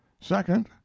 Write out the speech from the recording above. second